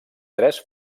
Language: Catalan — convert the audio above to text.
tres